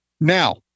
Now